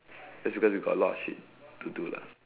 that's because you got a lot of shit to do lah